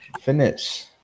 finish